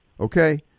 okay